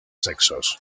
sexos